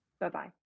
Bye-bye